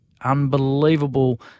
unbelievable